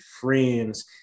friends